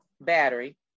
battery